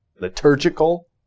liturgical